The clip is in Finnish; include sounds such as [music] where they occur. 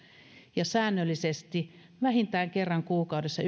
ja säännöllisesti vähintään kerran kuukaudessa [unintelligible]